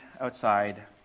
outside